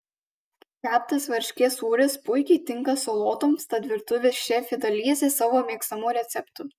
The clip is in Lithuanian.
keptas varškės sūris puikiai tinka salotoms tad virtuvės šefė dalijasi savo mėgstamu receptu